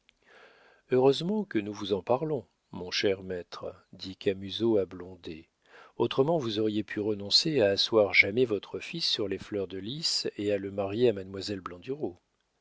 heureusement que nous vous en parlons mon cher maître dit camusot à blondet autrement vous auriez pu renoncer à asseoir jamais votre fils sur les fleurs de lis et à le marier à mademoiselle